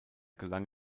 gelang